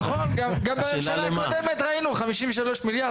נכון, גם בממשלה הקודמת ראינו, 53 מיליארד.